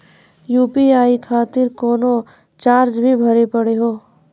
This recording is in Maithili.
यु.पी.आई खातिर कोनो चार्ज भी भरी पड़ी हो?